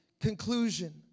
conclusion